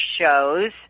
shows